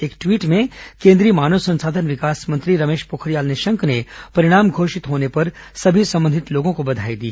एक ट्वीट में केंद्रीय मानव संसाधन विकास मंत्री रमेश पोखरियाल निशंक ने परिणाम घोषित होने पर सभी संबंधित लोगों को बधाई दी